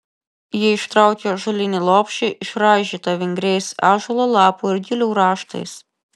ji ištraukė ąžuolinį lopšį išraižytą vingriais ąžuolo lapų ir gilių raštais